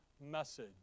message